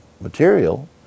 material